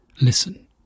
listen